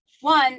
one